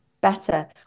better